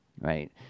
right